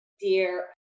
dear